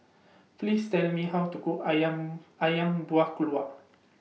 Please Tell Me How to Cook Ayam Ayam Buah Keluak